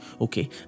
Okay